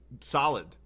solid